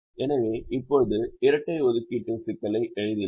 எனவே இப்போது இரட்டை ஒதுக்கீட்டின் சிக்கலை எழுதினோம்